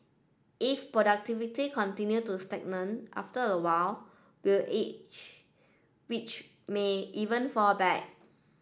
if productivity continue to stagnate after a while will age which may even fall back